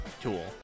tool